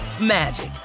magic